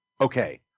okay